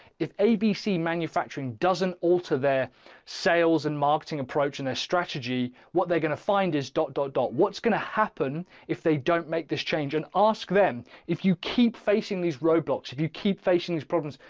if abc manufacturing doesn't alter their sales and marketing approach in their strategy, what they're going to find is dot, dot dot, what's going to happen if they don't make this change and ask them, if you keep facing these roadblocks if you keep facing these problems,